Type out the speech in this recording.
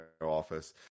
office